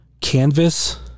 canvas